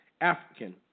African